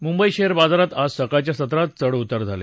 Mumbai share बाजारात आज सकाळच्या सत्रात चढ उतार झाले